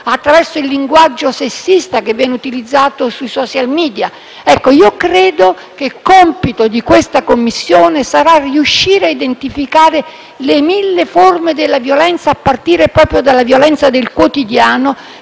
attraverso il linguaggio sessista che viene utilizzato sui *social media*. Io credo che compito di questa Commissione sarà riuscire a identificare le mille forme della violenza, a partire proprio dalla violenza del quotidiano,